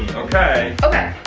okay. okay,